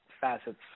facets